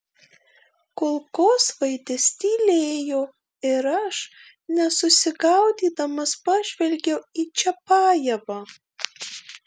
kulkosvaidis tylėjo ir aš nesusigaudydamas pažvelgiau į čiapajevą